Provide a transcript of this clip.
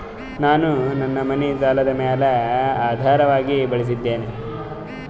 ನಾನು ನನ್ನ ಮನಿ ಸಾಲದ ಮ್ಯಾಲ ಆಧಾರವಾಗಿ ಬಳಸಿದ್ದೇನೆ